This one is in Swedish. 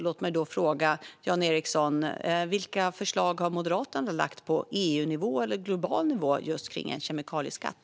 Låt mig då fråga Jan Ericson vilka förslag Moderaterna har lagt fram på EU-nivå eller global nivå just när det gäller en kemikalieskatt.